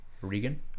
Regan